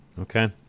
Okay